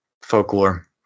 folklore